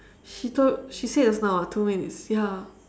she told she said just now [what] two minutes ya